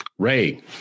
Ray